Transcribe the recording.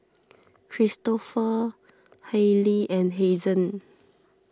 Kristofer Hailie and Hazen